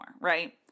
right